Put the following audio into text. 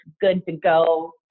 good-to-go